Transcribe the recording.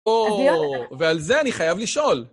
או, ועל זה אני חייב לשאול.